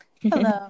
Hello